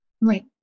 right